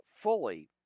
fully